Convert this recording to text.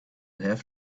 have